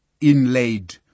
inlaid